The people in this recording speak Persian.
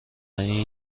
این